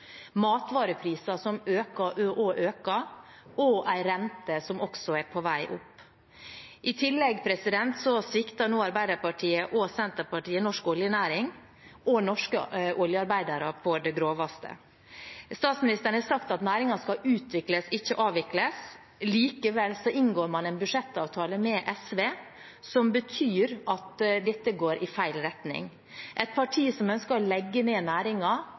som øker og øker, og en rente som også er på vei opp. I tillegg svikter nå Arbeiderpartiet og Senterpartiet norsk oljenæring og norske oljearbeidere på det groveste. Statsministeren har sagt at næringen skal utvikles, ikke avvikles. Likevel inngår man en budsjettavtale med SV, et parti som ønsker å legge ned næringen, noe som betyr at dette går i feil retning. Man går med på å